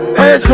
Hey